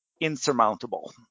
insurmountable